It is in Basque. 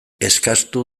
eskastu